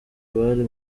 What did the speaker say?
bari